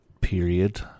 period